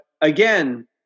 again